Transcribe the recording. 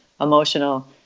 emotional